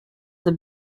the